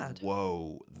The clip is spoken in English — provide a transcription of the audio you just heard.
whoa